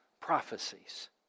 prophecies